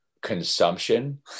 Consumption